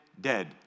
dead